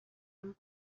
him